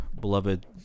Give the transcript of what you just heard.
beloved